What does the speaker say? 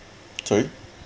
sorry